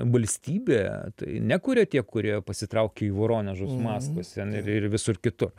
valstybė tai nekuria tie kurie pasitraukė į voronežus maskvas ten ir ir visur kitur